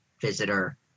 visitor